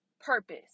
purpose